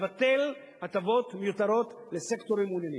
לבטל הטבות מיותרות לסקטורים מעוניינים.